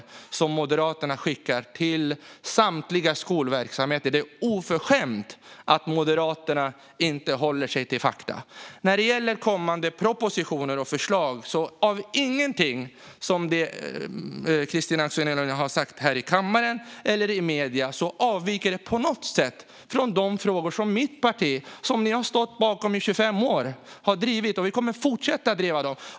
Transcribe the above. Det är vad Moderaterna skickar till samtliga skolverksamheter. Det är oförskämt att Moderaterna inte håller sig till fakta. När det gäller kommande propositioner och förslag avviker ingenting av det som Kristina Axén Olin har sagt här i kammaren eller i medierna på något sätt från de förslag som mitt parti, som ni har stått bakom i 25 år, har drivit, och vi kommer att fortsätta att driva dem.